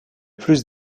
plus